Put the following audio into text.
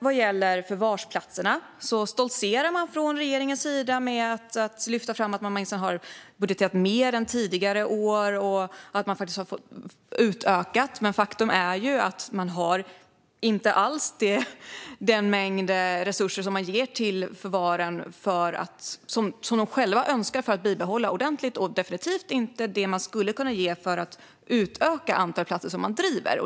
Vad gäller förvarsplatserna stoltserar man från regeringens sida med att man minsann har budgeterat mer än tidigare år och faktiskt har utökat anslaget. Men faktum är att man inte alls ger de resurser till förvaren som de själva önskar för att bibehålla kapaciteten ordentligt och definitivt inte så mycket som man skulle kunna ge för att utöka antalet platser som de driver.